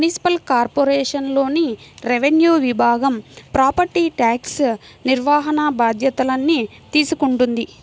municipal కార్పొరేషన్లోని revenue విభాగం property tax నిర్వహణ బాధ్యతల్ని తీసుకుంటది